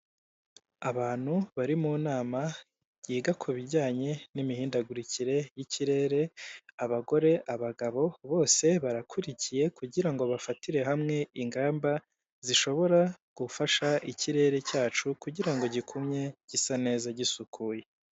Abantu bari mu nama yiga ku bijyanye n'imihindagurikire y'ikirere, abagore, abagabo, bose barakurikiye kugira ngo bafatire hamwe ingamba zishobora gufasha ikirere cyacu kugirango gikumye gisa neza gisukuye.